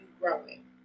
growing